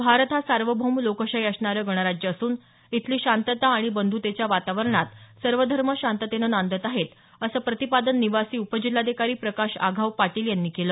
भारत हा सार्वभौम लोकशाही असणारे गणराज्य असून इथली शांतता आणि बंधुतेच्या वातावरणात सर्व धर्म शांततेने नांदत आहेत असे प्रतिपादन निवासी उपजिल्हाधिकारी प्रकाश आघाव पाटील यांनी केलं